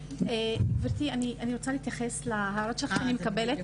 גברתי, אני רוצה להתייחס להערות שאני מקבלת.